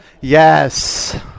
Yes